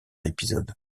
épisode